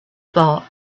thought